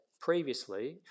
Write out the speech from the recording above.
previously